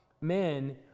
men